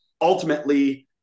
Ultimately